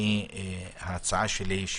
ההצעה שלי,